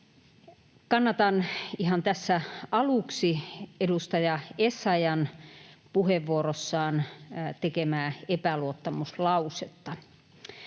Kannatan ihan tässä aluksi edustaja Essayah’n puheenvuorossaan tekemää epäluottamuslausetta.